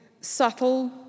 subtle